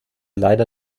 leider